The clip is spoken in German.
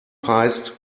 heißt